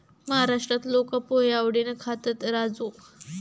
महाराष्ट्रात लोका पोहे आवडीन खातत, राजू